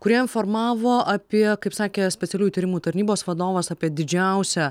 kurie informavo apie kaip sakė specialiųjų tyrimų tarnybos vadovas apie didžiausią